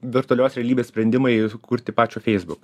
virtualios realybės sprendimai sukurti pačio facebook